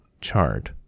chart